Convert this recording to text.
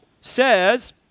says